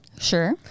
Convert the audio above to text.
Sure